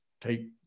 take